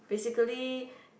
basically